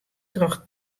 troch